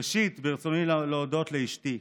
ראשית, ברצוני להודות לאשתי,